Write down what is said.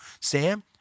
Sam